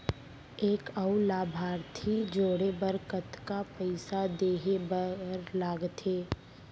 एक अऊ लाभार्थी जोड़े बर कतका पइसा देहे बर लागथे?